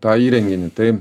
tą įrenginį tai